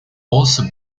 also